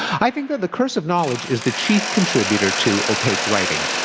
i think that the curse of knowledge is the chief contributor to opaque writing.